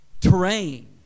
terrain